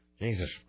Jesus